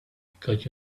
because